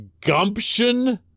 gumption